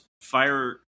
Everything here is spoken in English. fire